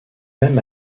même